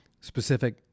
specific